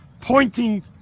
pointing